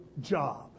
job